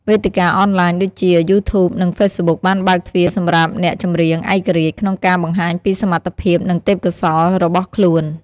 វេទិកាអនឡាញដូចជា យូធូប និងហ្វេសប៊ុកបានបើកទ្វារសម្រាប់អ្នកចម្រៀងឯករាជ្យក្នុងការបង្ហាញពីសមត្ថភាព និងទេសពកោសល្យរបស់ខ្លួន។